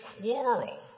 quarrel